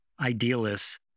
idealists